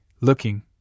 looking